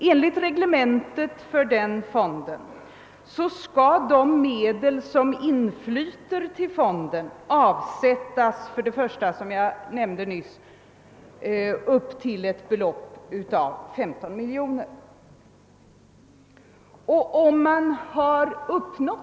Enligt reglementet för fonden skall de medel som inflyter till fonden avsättas upp till ett belopp av 15 miljoner, som jag nyss nämnde.